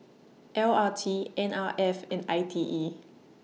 L R T N R F and I T E